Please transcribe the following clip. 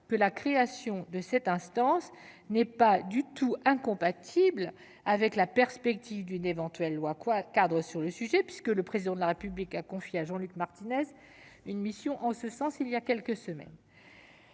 que la création de cette instance n'est pas du tout incompatible avec la perspective d'une éventuelle loi-cadre sur le sujet, puisque le Président de la République a confié à M. Jean-Luc Martinez une mission en ce sens, il y a quelques semaines.